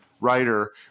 writer